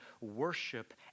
worship